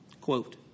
Quote